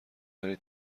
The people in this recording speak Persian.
برای